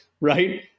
right